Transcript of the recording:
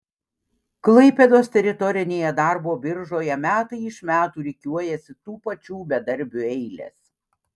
klaipėdos teritorinėje darbo biržoje metai iš metų rikiuojasi tų pačių bedarbių eilės